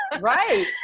Right